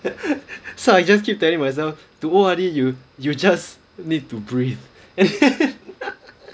so I just keep telling myself to O_R_D you you just need to breathe